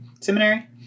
seminary